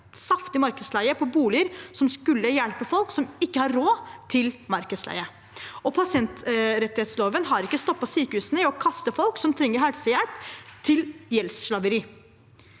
saftig markedsleie på boliger som skulle hjelpe folk som ikke har råd til markedsleie. Pasientrettighetsloven har ikke stoppet sykehusene i å kaste folk som trenger helsehjelp, ut i gjeldsslaveri.